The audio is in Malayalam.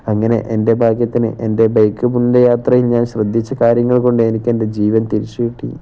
അങ്ങനെ എൻ്റെ ഭാഗ്യത്തിന് എൻ്റെ ബൈക്ക് യാത്രയും ഞാൻ ശ്രദ്ധിച്ച കാര്യങ്ങള്കൊണ്ട് എനിക്ക് എൻ്റെ ജീവൻ തിരിച്ചുകിട്ടി